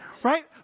Right